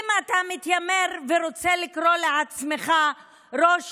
אם אתה מתיימר ורוצה לקרוא לעצמך ראש